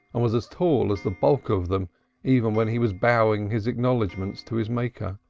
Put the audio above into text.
and was as tall as the bulk of them even when he was bowing his acknowledgments to his maker.